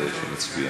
שנצביע.